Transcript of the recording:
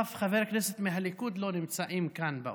אף חבר כנסת מהליכוד לא נמצא כאן באולם,